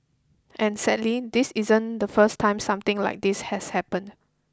and sadly this isn't the first time something like this has happened